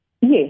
Yes